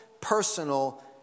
personal